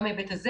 גם ההיבט הזה.